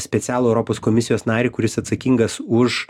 specialų europos komisijos narį kuris atsakingas už